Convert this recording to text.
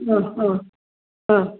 അഹ് അഹ് അഹ്